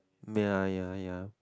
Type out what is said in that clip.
ya ya ya